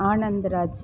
Anandaraj